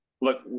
Look